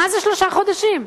מה זה שלושה חודשים?